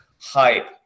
hype